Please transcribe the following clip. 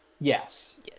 Yes